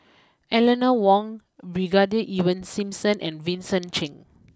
Eleanor Wong Brigadier Ivan Simson and Vincent Cheng